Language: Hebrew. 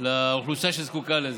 לאוכלוסייה שזקוקה לזה.